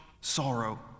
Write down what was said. sorrow